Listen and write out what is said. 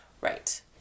Right